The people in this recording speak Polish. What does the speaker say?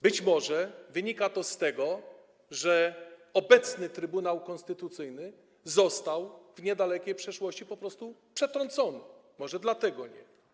Być może wynika to z tego, że obecny Trybunał Konstytucyjny został w niedalekiej przeszłości po prostu przetrącony, może dlatego nie.